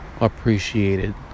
appreciated